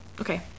Okay